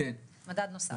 מדד נוסף.